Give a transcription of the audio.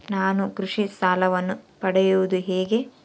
ನಾನು ಕೃಷಿ ಸಾಲವನ್ನು ಪಡೆಯೋದು ಹೇಗೆ?